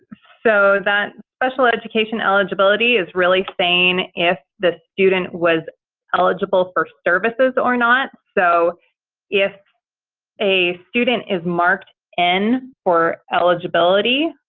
so that special education eligibility is really saying if the student was eligible for services or not, so if a student is marked n for eligibility,